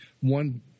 one